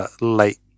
late